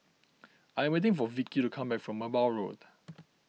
I'm waiting for Vickey to come back from Merbau Road